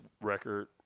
record